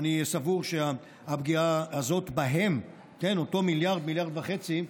אני סבור שהפגיעה הזאת בהם, אותו 1 1.5 מיליארד,